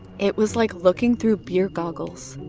it was like looking through beer goggles.